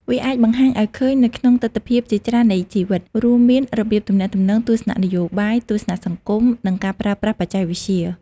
វាអាចបង្ហាញឱ្យឃើញនៅក្នុងទិដ្ឋភាពជាច្រើននៃជីវិត រួមមានរបៀបទំនាក់ទំនង ទស្សនៈនយោបាយ ទស្សនៈសង្គម និងការប្រើប្រាស់បច្ចេកវិទ្យា។